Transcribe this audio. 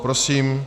Prosím.